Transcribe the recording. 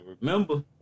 remember